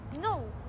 No